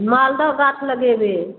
मालदा गाछ लगेबै